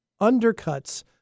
undercuts